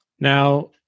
Now